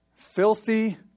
Filthy